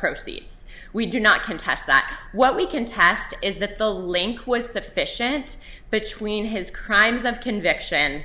proceeds we do not contest that what we can tast is that the link was sufficient between his crimes of conviction